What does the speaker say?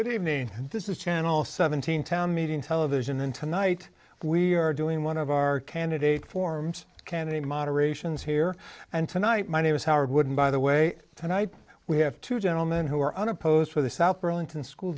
good evening this is channel seventeen town meeting television and tonight we are doing one of our candidate forms cannonade moderations here and tonight my name is howard wooden by the way tonight we have two gentlemen who are unopposed for the south burlington school